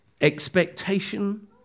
Expectation